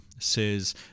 says